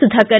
Sudhakar